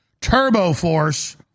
TurboForce